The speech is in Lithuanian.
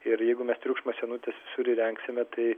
ir jeigu mes triukšmo sienutes visur įrengsime tai